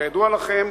כידוע לכם,